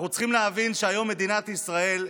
אנחנו צריכים להבין שהיום מדינת ישראל,